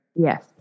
yes